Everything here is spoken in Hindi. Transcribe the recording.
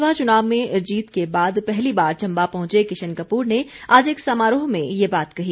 लोकसभा चुनाव में जीत के बाद पहली बार चम्बा पहंचे किशन कपूर ने आज एक समारोह में ये बात कही